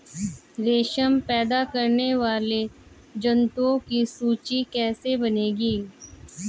रेशम पैदा करने वाले जंतुओं की सूची कैसे बनेगी?